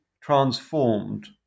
transformed